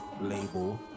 label